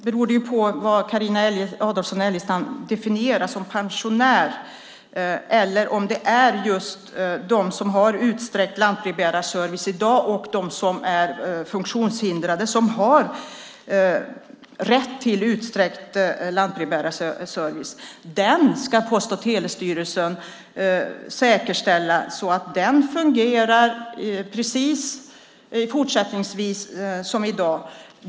Herr talman! Det hela beror lite på vilka som innefattas i Carina Adolfsson Elgestams definition av pensionärer. När det gäller de som är funktionshindrade och de som i dag har rätt till utsträckt lantbrevbärarservice ska Post och telestyrelsen säkerställa att servicen också fortsättningsvis fungerar precis som i dag.